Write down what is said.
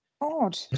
Odd